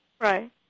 Right